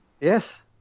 Yes